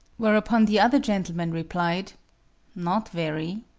whereupon the other gentleman replied not very.